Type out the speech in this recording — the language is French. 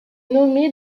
nommé